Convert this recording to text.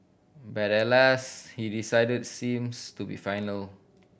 but alas he decided seems to be final